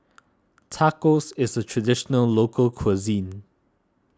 Tacos is a Traditional Local Cuisine